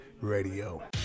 Radio